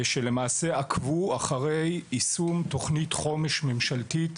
שלמעשה עקבו אחרי יישום תוכנית חומש ממשלתית,